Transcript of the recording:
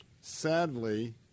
Sadly